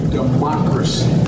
democracy